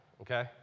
okay